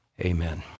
amen